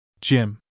Jim